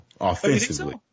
offensively